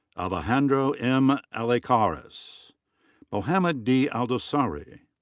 alejandro m. alacarz. mohammed d. aldosari.